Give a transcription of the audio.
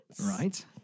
Right